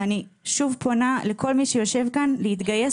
ואני שוב פונה לכל מי שיושב כאן להתגייס